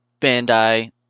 Bandai